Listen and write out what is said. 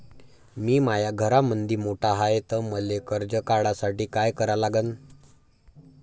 मी माया घरामंदी मोठा हाय त मले कर्ज काढासाठी काय करा लागन?